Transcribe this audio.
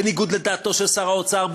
בניגוד לדעתו של שר האוצר,